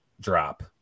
drop